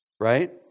right